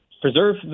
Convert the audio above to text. preserve